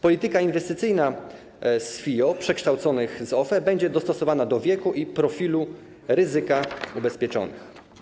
Polityka inwestycyjna SFIO przekształconych z OFE będzie dostosowana do wieku i profilu ryzyka ubezpieczonych.